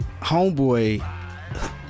homeboy